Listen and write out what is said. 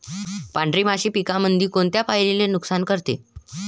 पांढरी माशी पिकामंदी कोनत्या पायरीले नुकसान करते?